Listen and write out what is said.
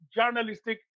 journalistic